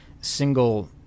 single